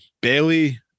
Bailey